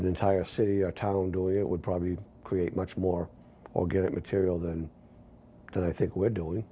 an entire city or town doing it would probably create much more organic material than that i think we're doing